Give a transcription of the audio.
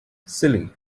silly